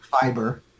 fiber